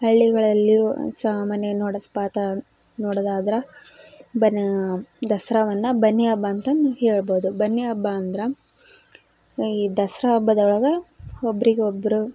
ಹಳ್ಳಿಗಳಲ್ಲಿಯೂ ಸಾಮಾನ್ಯ ನೋಡೋದ್ಪಾತ ನೋಡೋದಾದ್ರೆ ಬನ್ನಿ ದಸರಾವನ್ನ ಬನ್ನಿ ಹಬ್ಬ ಅಂತಂದು ಹೇಳ್ಬೋದು ಬನ್ನಿ ಹಬ್ಬ ಅಂದ್ರೆ ಈ ದಸರಾ ಹಬ್ಬದೊಳಗೆ ಒಬ್ಬರಿಗೊಬ್ರು